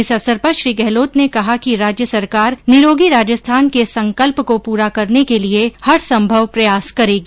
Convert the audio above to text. इस अवसर पर श्री गहलोत ने कहा कि राज्य सरकार निरोगी राजस्थान के संकल्प को पूरा करने के लिए हर संभव प्रयास करेगी